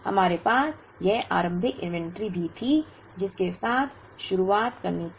हमारे पास यह आरंभिक इन्वेंट्री भी थी जिसके साथ शुरुआत करनी थी